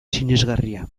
sinesgarria